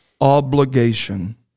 obligation